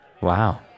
Wow